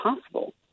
possible